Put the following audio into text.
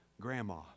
grandma